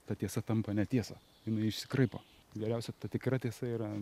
ta tiesa tampa netiesa jinai išsikraipo geriausia ta tikra tiesa yra